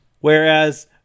Whereas